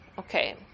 Okay